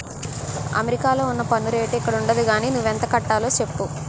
అమెరికాలో ఉన్న పన్ను రేటు ఇక్కడుండదు గానీ నువ్వెంత కట్టాలో చెప్పు